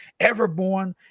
Everborn